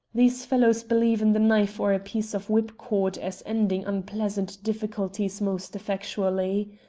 these fellows believe in the knife or a piece of whipcord as ending unpleasant difficulties most effectually.